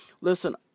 listen